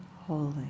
holy